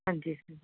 ਹਾਂਜੀ